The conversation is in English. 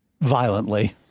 violently